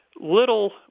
little